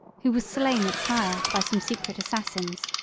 who was slain at tyre by some secret assassins.